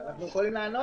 אנחנו יכולים לענות.